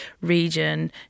region